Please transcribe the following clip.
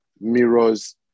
mirrors